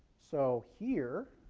so here